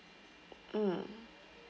mm